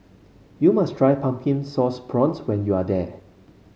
you must try Pumpkin Sauce Prawns when you are there